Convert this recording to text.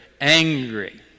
angry